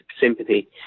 sympathy